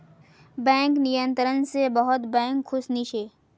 bank नियंत्रण स बहुत बैंक खुश नी छ